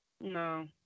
No